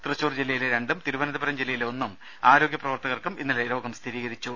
തൃശൂർ ജില്ലയിലെ രണ്ടും തിരുവനന്തപുരം ജില്ലയിലെ ഒന്നും ആരോഗ്യ പ്രവർത്തകർക്കും ഇന്നലെ രോഗം സ്ഥിരീകരിച്ചു